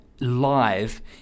live